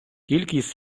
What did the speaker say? кількість